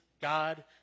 God